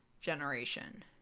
generation